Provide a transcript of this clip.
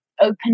open